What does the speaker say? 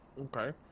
Okay